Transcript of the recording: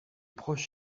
proche